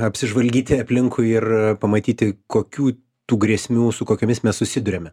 apsižvalgyti aplinkui ir pamatyti kokių tų grėsmių su kokiomis mes susiduriame